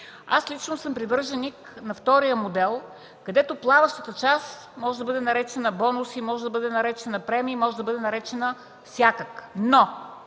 Аз лично съм привърженик на втория модел, където плаващата част може да бъде наречена „бонуси”, „премии”, може да бъде наречена всякак.